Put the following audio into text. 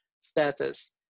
status